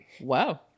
Wow